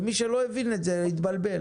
מי שלא הבין את זה, התבלבל.